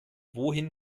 wohin